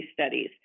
studies